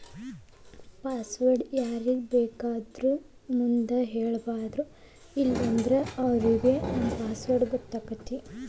password ನ ಯಾರ್ಬೇಕಾದೊರ್ ಮುಂದ ಹೆಳ್ಬಾರದು ಇಲ್ಲನ್ದ್ರ ದುರುಪಯೊಗ ಮಾಡ್ಕೊತಾರ